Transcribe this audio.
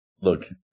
Look